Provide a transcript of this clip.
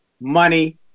money